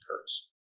occurs